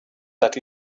that